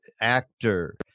actor